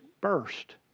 burst